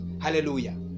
Hallelujah